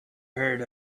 heard